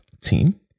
team